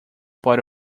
part